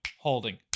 holding